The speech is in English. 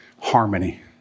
harmony